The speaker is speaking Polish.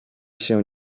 się